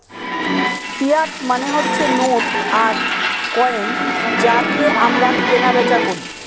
fiat মানে হচ্ছে note আর কয়েন যা দিয়ে আমরা কেনা বেচা করি